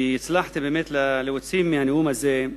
והצלחתי להוציא מהנאום הזה,